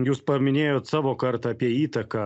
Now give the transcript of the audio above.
jūs paminėjot savo kartą apie įtaką